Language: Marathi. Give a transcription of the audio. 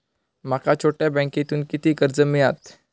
माका छोट्या बँकेतून किती कर्ज मिळात?